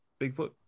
Bigfoot